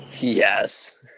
Yes